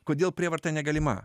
kodėl prievarta negalima